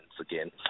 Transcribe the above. again